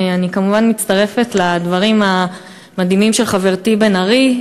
אני כמובן מצטרפת לדברים המדהימים של חברתי בן ארי,